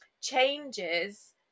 changes